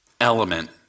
element